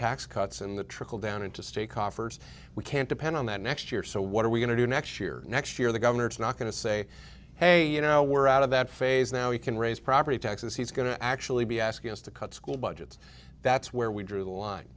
tax cuts in the trickle down into state coffers we can't depend on that next year so what are we going to do next year next year the governor's not going to say hey you know we're out of that phase now we can raise property taxes he's going to actually be asking us to cut school budgets that's where we drew the line